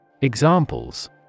Examples